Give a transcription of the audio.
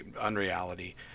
unreality